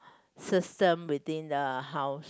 system within the house